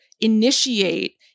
initiate